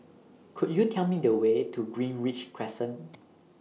Could YOU Tell Me The Way to Greenridge Crescent